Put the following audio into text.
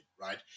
right